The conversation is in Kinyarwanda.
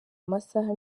amasaha